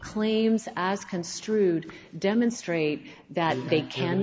claims as construed demonstrate that they can